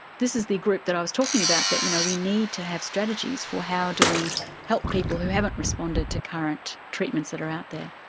this is the group that i was talking about that you know we need to have strategies for how do we help people who haven't responded to current treatments that are out there.